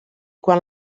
quan